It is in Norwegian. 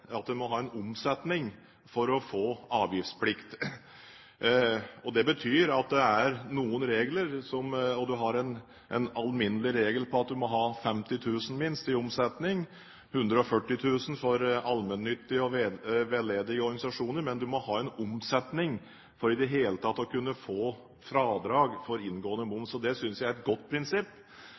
at man må ha en omsetning for å få avgiftsplikt. Det betyr at det er noen regler. Man har en alminnelig regel for at man må ha minst 50 000 kr i omsetning – 140 000 kr for allmennyttig og veldedige organisasjoner – men du må ha en omsetning for i det hele tatt å kunne få fradrag for inngående moms. Det synes jeg er et godt prinsipp.